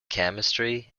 chemistry